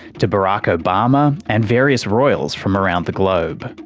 to barack obama and various royals from around the globe.